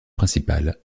principal